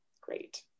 great